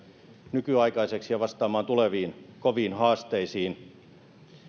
nykyaikaiseksi ja vastaamaan tuleviin koviin haasteisiin